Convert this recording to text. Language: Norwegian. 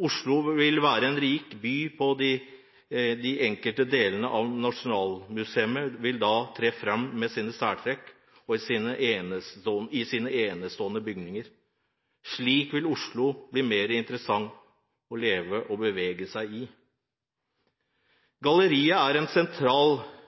Oslo vil være en rikere by om de enkelte delene av Nasjonalmuseet får tre fram med den enestående bygningens særtrekk. Slik vil Oslo bli mer interessant å leve og bevege seg i. Galleriet er et sentralt arkitekturmonument i Norge, i tillegg til å være en sentral